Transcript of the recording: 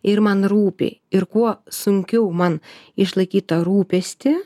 ir man rūpi ir kuo sunkiau man išlaikyt tą rūpestį